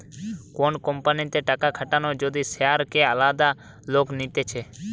কোন কোম্পানিতে টাকা খাটানো যদি শেয়ারকে আলাদা লোক নিতেছে